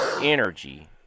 energy